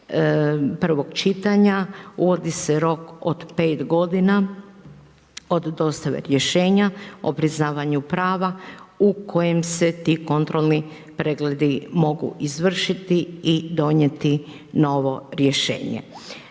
prvog čitanja, uvodi se rok od 5 g. od dostave rješenja o priznavanju prava u kojem se ti kontrolni pregledi mogu izvršiti i donijeti novo rješenje.